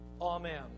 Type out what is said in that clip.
amen